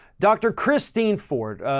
dr. christine ford,